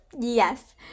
Yes